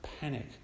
panic